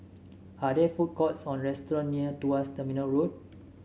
are there food courts or restaurants near Tuas Terminal Road